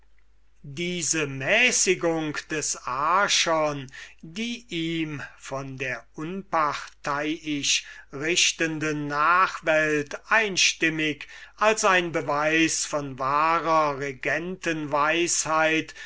diese mäßigung des archon die ihm von der unparteiischrichtenden nachwelt einstimmig als ein beweis von wahrer